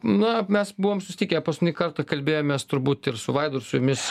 na mes buvom susitikę paskutinį kartą kalbėjomės turbūt ir su vaidu ir su jumis